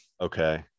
okay